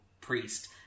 priest